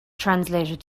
translated